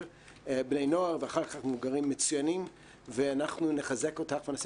בני נוער ואחר כך מבוגרים מצויינים ואנחנו נחזק אותך ונעשה